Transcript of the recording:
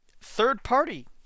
Third-party